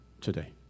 today